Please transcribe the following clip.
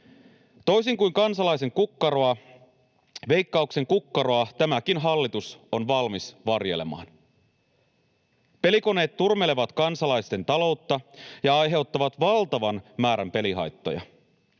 Toisin kuin kansalaisen kukkaroa, Veikkauksen kukkaroa tämäkin hallitus on valmis varjelemaan. Pelikoneet turmelevat kansalaisten taloutta ja aiheuttavat valtavan määrän pelihaittoja.